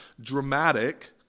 dramatic